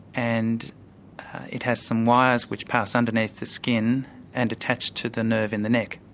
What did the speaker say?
and it has some wires which pass underneath the skin and attach to the nerve in the neck.